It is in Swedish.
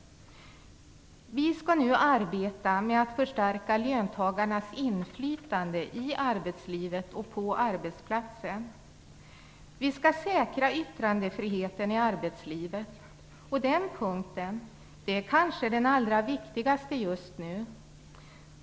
Vi skall nu arbeta med att förstärka löntagarnas inflytande i arbetslivet och på arbetsplatsen. Vi skall säkra yttrandefriheten i arbetslivet. Det är kanske den allra viktigaste punkten just nu.